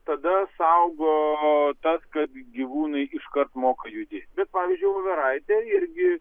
tada saugo tas kad gyvūnai iškart moka judėti bet pavyzdžiui voveraitė irgi